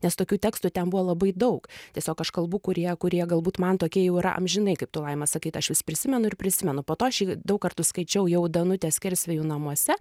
nes tokių tekstų ten buvo labai daug tiesiog aš kalbu kurie kurie galbūt man tokie jau yra amžinai kaip tu laima sakai kad aš vis prisimenu ir prisimenu po to aš jį daug kartų skaičiau jau danutės skersvėjų namuose